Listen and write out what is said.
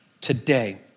today